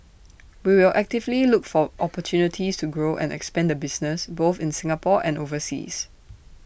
we will actively look for opportunities to grow and expand the business both in Singapore and overseas